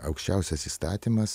aukščiausias įstatymas